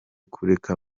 kureka